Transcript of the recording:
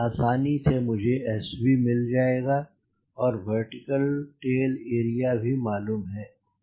आसानी से मुझे Sv मिल जायेगा और वर्टिकल टेल एरिया भी मालूम है